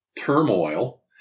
turmoil